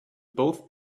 both